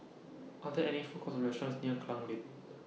Are There any Food Courts Or restaurants near Klang Lane